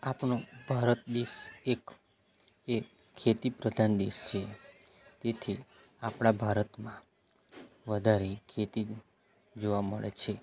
આપનો ભારત દેશ એક એ ખેતી પ્રધાન દેશ છે તેથી આપણા ભારતમાં વધારે ખેતી જોવા મળે છે